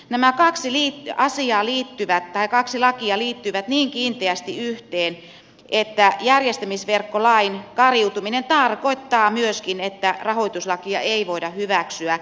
nämä kaksi asiaa tai kaksi lakia liittyvät niin kiinteästi yhteen että järjestämisverkkolain kariutuminen tarkoittaa myöskin että rahoituslakia ei voida hyväksyä